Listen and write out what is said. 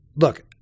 Look